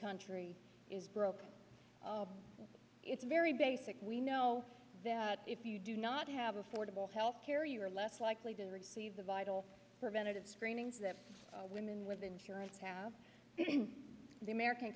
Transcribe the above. country is broke it's very basic we know that if you do not have affordable health care you are less likely to receive the vital preventative screenings that women with insurance have the american